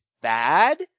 bad